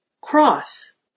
cross